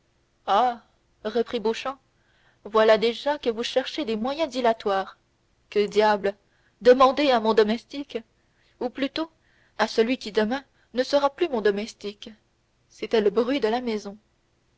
reprit beauchamp voilà déjà que vous cherchez des moyens dilatoires que diable demandez à mon domestique ou plutôt à celui qui demain ne sera plus mon domestique c'était le bruit de la maison